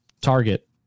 target